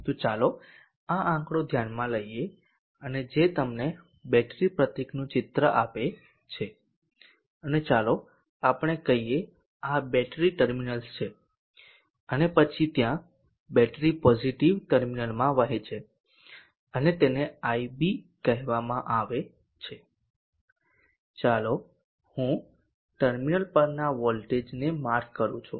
તો ચાલો આ આંકડો ધ્યાનમાં લઈએ જે તમને બેટરી પ્રતીકનું ચિત્ર આપે છે અને ચાલો આપણે કહીએ આ બેટરી ટર્મિનલ્સ છે અને પછી ત્યાં બેટરી પોઝિટિવ ટર્મિનલમાં વહે છે અને તેને ib કહેવામાં આવે છે અને ચાલો હું ટર્મિનલ પરના વોલ્ટેજને માર્ક કરૂ છું